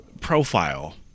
profile